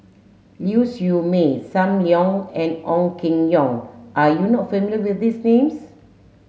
Ling Siew May Sam Leong and Ong Keng Yong are you not familiar with these names